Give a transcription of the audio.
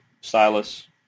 Silas